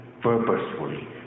purposefully